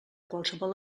qualsevol